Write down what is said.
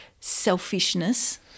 selfishness